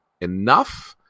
enough